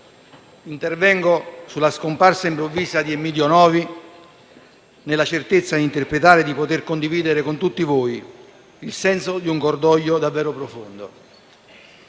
intervengo sulla scomparsa improvvisa di Emiddio Novi, nella certezza di interpretare e di poter condividere con tutti voi il senso di un cordoglio davvero profondo.